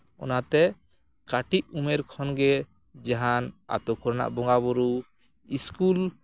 ᱚᱱᱟᱛᱮ ᱠᱟᱹᱴᱤᱡ ᱩᱢᱮᱨ ᱠᱷᱚᱱᱜᱮ ᱡᱟᱦᱟᱱ ᱟᱹᱛᱩ ᱠᱚᱨᱮᱱᱟᱜ ᱵᱚᱸᱜᱟᱼᱵᱩᱩ ᱤᱥᱠᱩᱞ